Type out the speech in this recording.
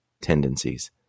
tendencies